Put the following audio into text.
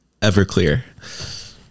Everclear